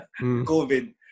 COVID